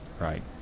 Right